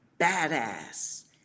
Badass